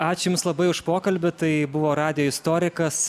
ačiū jums labai už pokalbį tai buvo radijo istorikas